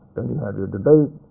and you have your debate,